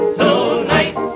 tonight